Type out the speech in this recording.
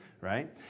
right